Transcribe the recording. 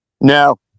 No